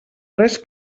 res